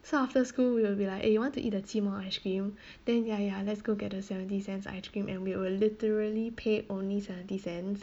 so after school we'll be like eh you want to eat the 七毛 ice cream then ya ya let's go get the seventy cents ice cream and we will literally pay only seventy cents